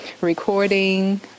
recording